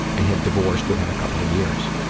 and had divorced within a couple of years.